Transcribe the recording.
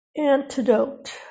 antidote